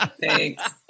Thanks